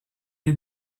est